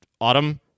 Autumn